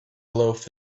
loaf